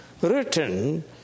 written